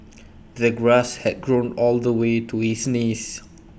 the grass had grown all the way to his knees